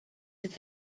have